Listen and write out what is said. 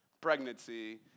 pregnancy